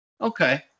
Okay